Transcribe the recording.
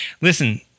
Listen